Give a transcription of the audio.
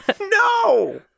No